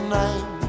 name